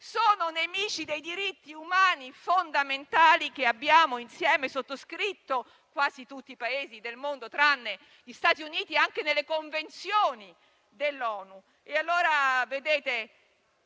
sono nemici dei diritti umani fondamentali che abbiamo insieme sottoscritto - quasi tutti i Paesi del mondo, tranne gli Stati Uniti - anche nelle convenzioni dell'ONU. Quando dunque